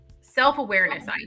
self-awareness